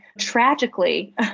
tragically